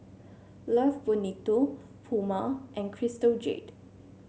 Love Bonito Puma and Crystal Jade